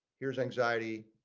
here's anxiety.